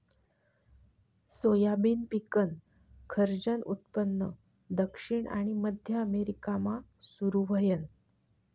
soybean पिकनं खरंजनं उत्पन्न दक्षिण आनी मध्य अमेरिकामा सुरू व्हयनं